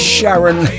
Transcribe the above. Sharon